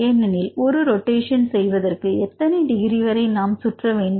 ஏனெனில் ஒரு ரொட்டேஷன் செய்வதற்கு எத்தனை டிகிரி வரை நாம் சுற்றவேண்டும்